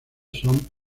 son